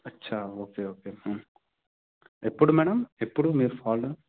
అచ్చా okay okay ఎప్పుడు madam ఎప్పుడు మీరు ఫాల్